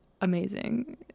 amazing